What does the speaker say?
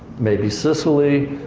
maybe sicily.